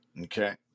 Okay